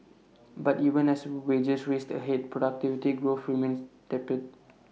but even as wages raced ahead productivity growth remains tepid